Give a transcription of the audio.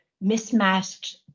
mismatched